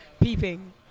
Peeping